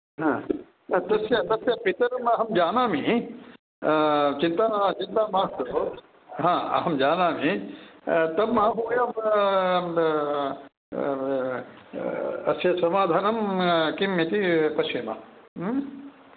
हा तस्य तस्य पितरम् अहं जानामि चिन्त चिन्ता मास्तु हा अहं जानामि तम् आहूय अस्य समाधानं किम् इति पश्यामः